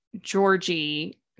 georgie